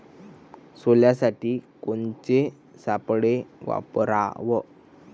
सोल्यासाठी कोनचे सापळे वापराव?